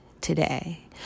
today